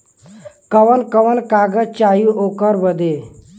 कवन कवन कागज चाही ओकर बदे?